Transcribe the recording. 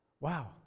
Wow